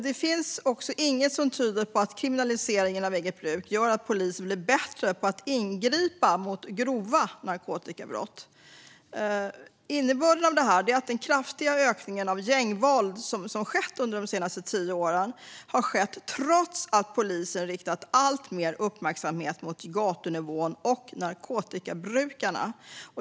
Det finns heller inget som tyder på att kriminaliseringen av eget bruk gör att polisen blir bättre på att ingripa mot grova narkotikabrott. Innebörden av detta är att den kraftiga ökning av gängvåld som skett under de senaste tio åren har skett trots att polisen har riktat alltmer uppmärksamhet mot gatunivån och narkotikabrukarna.